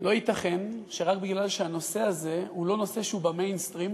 לא ייתכן שרק מכיוון שהנושא הזה הוא לא נושא שהוא ב"מיינסטרים",